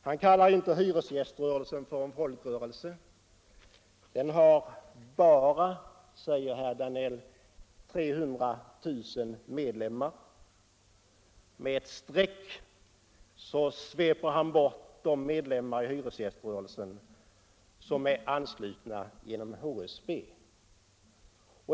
Han kallar inte hyresgäströrelsen för en folkrörelse. Den har bara, säger herr Danell, 300 000 medlemmar. Med ett streck sveper han bort de medlemmar i hyresgäströrelsen som är anslutna till HSB.